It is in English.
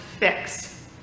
fix